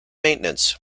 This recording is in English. maintenance